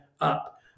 up